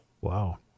Wow